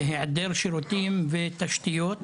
היעדר שירותים ותשתיות